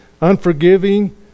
unforgiving